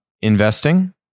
investing